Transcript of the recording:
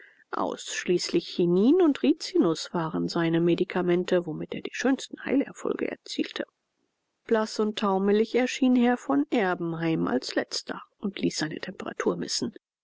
ausschließlich chinin und rizinus waren seine medikamente womit er die schönsten heilerfolge erzielte blaß und taumelig erschien herr von erbenheim als letzter und ließ seine temperatur messen